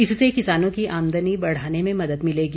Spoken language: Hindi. इससे किसानों की आमदनी बढ़ाने में मदद मिलेगी